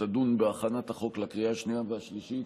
כשתדון בהכנת החוק לקריאה השנייה והשלישית,